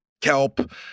kelp